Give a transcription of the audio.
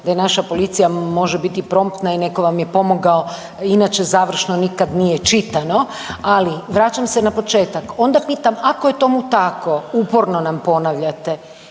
da naša policija može biti promptna i netko vam je pomogao i inače nikad nije završno čitano. Ali vraćam se na početak. Onda pitam ako je tomu tako, uporno nam ponavljate,